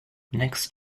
next